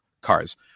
cars